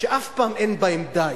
שאף פעם אין בהם די.